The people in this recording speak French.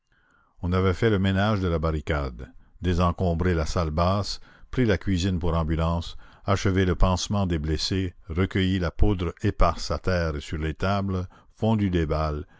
on avait fait le ménage de la barricade désencombré la salle basse pris la cuisine pour ambulance achevé le pansement des blessés recueilli la poudre éparse à terre et sur les tables fondu des balles